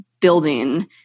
building